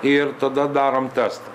ir tada darom testą